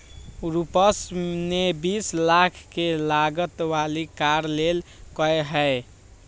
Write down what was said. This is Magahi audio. रूपश ने बीस लाख के लागत वाली कार लेल कय है